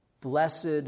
Blessed